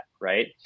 Right